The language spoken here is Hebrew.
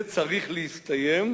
זה צריך להסתיים,